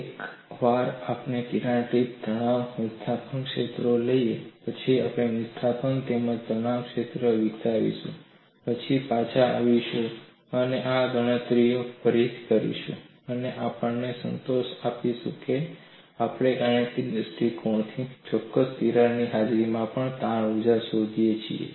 એકવાર આપણે તિરાડ ટીપ તણાવ અને વિસ્થાપન ક્ષેત્રો લઈએ પછી આપણે વિસ્થાપન તેમજ તણાવ ક્ષેત્ર વિકસાવીશું પછી પાછા આવીશું અને આ ગણતરીઓ ફરી કરીશું અને આપણને સંતોષ આપીશું કે આપણે એક ગાણિતિક દૃષ્ટિકોણથી ચોક્કસ તિરાડની હાજરીમાં તાણ ઊર્જા શોધી શકીએ છીએ